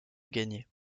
gagner